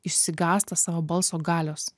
išsigąsta savo balso galios